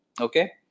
Okay